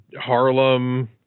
Harlem